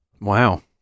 Wow